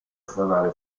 sferrare